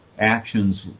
actions